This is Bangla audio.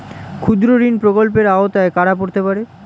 ক্ষুদ্রঋণ প্রকল্পের আওতায় কারা পড়তে পারে?